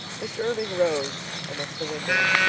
mr. irving rose and went to the window,